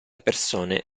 persone